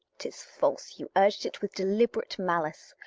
tis false, you urged it with deliberate malice.